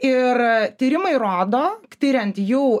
ir tyrimai rodo tiriant jų